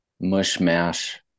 mush-mash